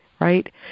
right